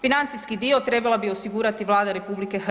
Financijski dio trebala bi osigurati Vlada RH.